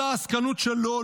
אותה עסקנות של לא,